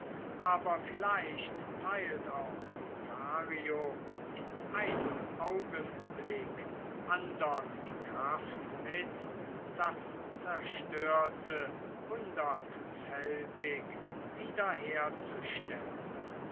aber vielleicht teilt auch lothario in einem augenblick andern die kraft mit das zerstörte